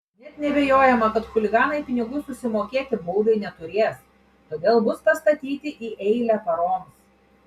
net neabejojama kad chuliganai pinigų susimokėti baudai neturės todėl bus pastatyti į eilę paroms